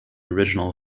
original